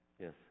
Yes